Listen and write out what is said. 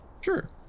Sure